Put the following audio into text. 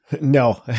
No